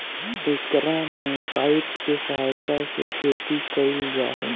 एकरा में पाइप के सहायता से खेती कइल जाहई